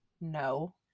No